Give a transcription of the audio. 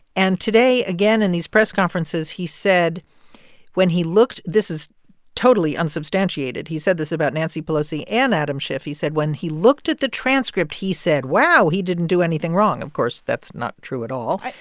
and today, again, in these press conferences, he said when he looked this is totally unsubstantiated. he said this about nancy pelosi and adam schiff. he said when he looked at the transcript, he said, wow, he didn't do anything wrong. of course, that's not true at all.